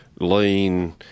lean